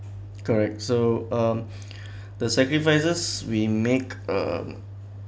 correct so um the sacrifices we make uh